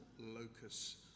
locus